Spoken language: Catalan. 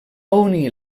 unir